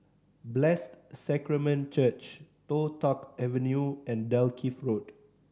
Blessed Sacrament Church Toh Tuck Avenue and Dalkeith Road